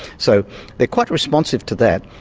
so they're quite responsive to that,